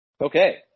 Okay